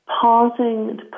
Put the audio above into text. pausing